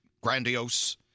grandiose